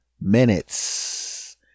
minutes